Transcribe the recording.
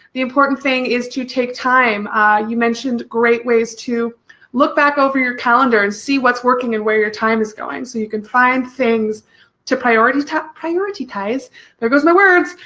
the important thing is to take time you mentioned great ways to look back over your calendar and see what's working and where your time is going so you can find things to prioritize to prioritize there goes my words,